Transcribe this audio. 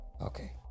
Okay